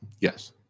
Yes